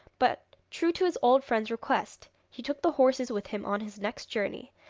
but, true to his old friend's request, he took the horses with him on his next journey,